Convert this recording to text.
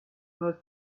most